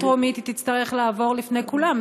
אם ההצעה תבוא לקריאה טרומית היא תצטרך לעבור לפני כולן,